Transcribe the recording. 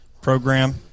program